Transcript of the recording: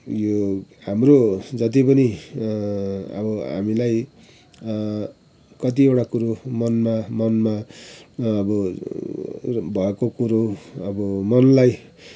यो हाम्रो जतिपनि अब हामीलाई कतिवटा कुरो मनमा मनमा अब भएको कुरो अब मनलाई